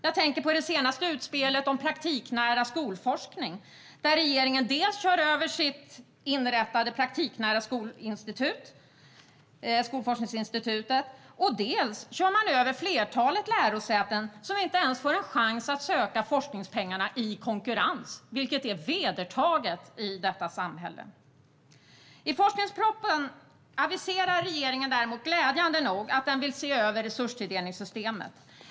Jag tänker på det senaste utspelet om praktiknära skolforskning, där regeringen dels kör över sitt eget inrättade praktiknära skolinstitut, Skolforskningsinstitutet, dels kör över ett flertal lärosäten som inte ens får en chans att söka forskningspengarna i konkurrens, vilket är vedertaget i detta samhälle. I forskningspropositionen aviserar regeringen däremot glädjande nog att den vill se över resurstilldelningssystemet.